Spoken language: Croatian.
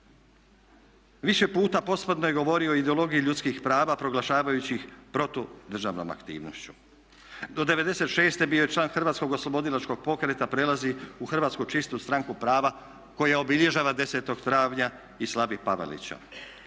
Više puta posprdno je govorio o ideologiji ljudskih prava proglašavajući ih protudržavnom aktivnošću. Do '96. bio je član Hrvatskog oslobodilačkog pokreta, prelazi u Hrvatsku čistu stranku prava koja obilježava 10. travnja i slavi Pavelića.